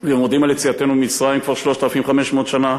ומודים על יציאתנו ממצרים כבר 3,500 שנה,